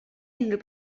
unrhyw